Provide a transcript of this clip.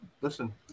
Listen